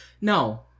No